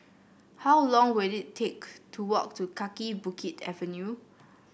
how long will it take to walk to Kaki Bukit Avenue